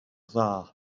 dda